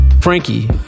Frankie